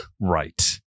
Right